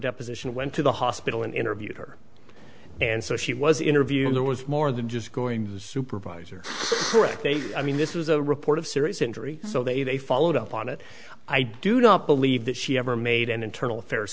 deposition went to the hospital and interviewed her and so she was interviewed there was more than just going supervisor i mean this was a report of serious injury so they they followed up on it i do not believe that she ever made an internal affairs